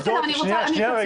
אוקיי, בסדר, אני אקצר.